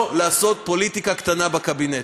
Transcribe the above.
לא לעשות פוליטיקה קטנה בקבינט.